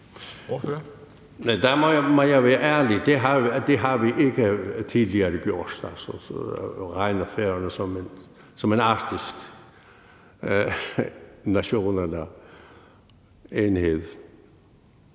Joensen (SP): Der må jeg være ærlig: Det har vi ikke tidligere gjort, altså regnet Færøerne som en arktisk nation eller enhed.